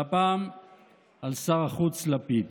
והפעם על שר החוץ לפיד.